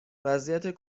وضعیت